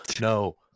no